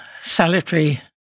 salutary